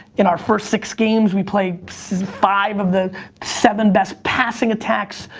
in our first six games we play five of the seven best passing attacks,